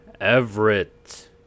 Everett